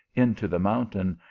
into the mountain,